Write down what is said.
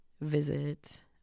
visit